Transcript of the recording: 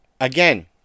again